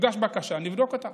תוגש בקשה, נבדוק אותה